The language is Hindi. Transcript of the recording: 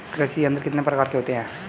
कृषि यंत्र कितने प्रकार के होते हैं?